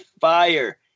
Fire